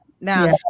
Now